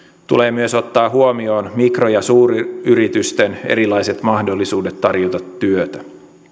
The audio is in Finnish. tulee myös ottaa huomioon mikro ja suuryritysten erilaiset mahdollisuudet tarjota työtä